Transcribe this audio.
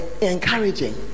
encouraging